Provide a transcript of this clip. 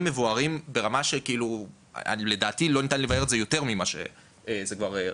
מבוארים ברמה שלדעתי לא ניתן לבאר את זה יותר ממה שכבר רשום.